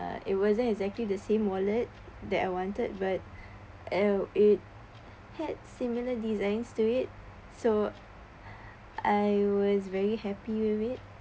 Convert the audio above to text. uh it wasn't exactly the same wallet that I wanted but uh it had similar designs to it so I was very happy with it